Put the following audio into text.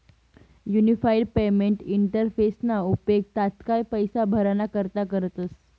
unified payment इंटरफेसना उपेग तात्काय पैसा भराणा करता करतस